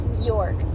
York